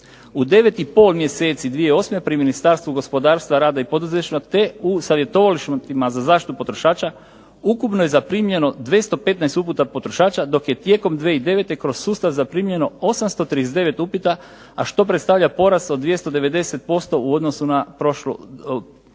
i pol mjeseci 2008. pri Ministarstvu gospodarstva, rada i poduzetništva te u savjetovalištima za zaštitu potrošača ukupno je zaprimljeno 215 uputa potrošača dok je tijekom 2009. kroz sustav zaprimljeno 839 upita a što predstavlja porast od 290% u odnosu na tada prethodnu